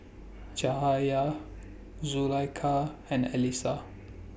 Cahaya Zulaikha and Alyssa